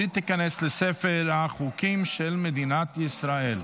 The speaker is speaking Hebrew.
ותיכנס לספר החוקים של מדינת ישראל.